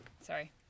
Sorry